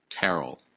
Carol